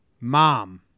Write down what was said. Mom